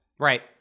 Right